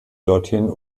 dorthin